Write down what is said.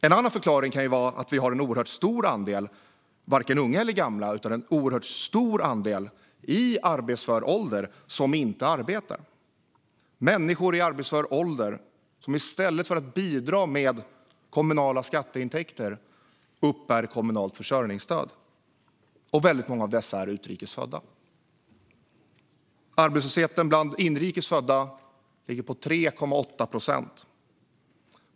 En annan förklaring kan vara att vi har en oerhört stor andel, som varken är unga eller gamla, i arbetsför ålder som inte arbetar. Det är människor i arbetsför ålder som i stället för att bidra med kommunala skatteintäkter uppbär kommunalt försörjningsstöd. Väldigt många av dessa människor är utrikes födda. Arbetslösheten bland inrikes födda ligger på 3,8 procent.